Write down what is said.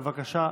בבקשה,